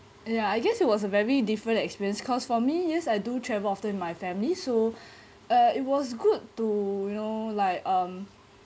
ya I guess it was a very different experience cause for me yes I do travel often with my family so uh it was good to you know like um